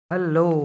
Hello